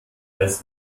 als